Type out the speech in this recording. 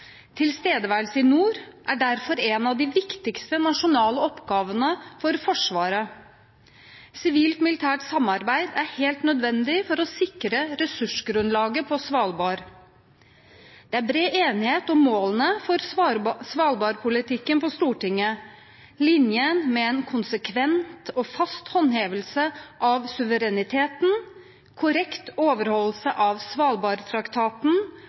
Tilstedeværelse i nord er derfor en av de viktigste nasjonale oppgavene for Forsvaret. Sivilt-militært samarbeid er helt nødvendig for å sikre ressursgrunnlaget på Svalbard. Det er bred enighet om målene for svalbardpolitikken på Stortinget. Linjen med en konsekvent og fast håndhevelse av suvereniteten, korrekt overholdelse av Svalbardtraktaten